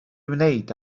wneud